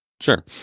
Sure